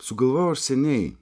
sugalvojau aš seniai